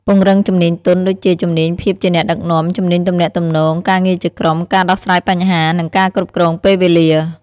ពង្រឹងជំនាញទន់ ដូចជា ជំនាញភាពជាអ្នកដឹកនាំ ជំនាញទំនាក់ទំនង ការងារជាក្រុម ការដោះស្រាយបញ្ហា និងការគ្រប់គ្រងពេលវេលា។